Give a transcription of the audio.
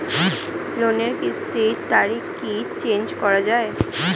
লোনের কিস্তির তারিখ কি চেঞ্জ করা যায়?